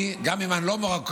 גם אם אני לא מרוקאי,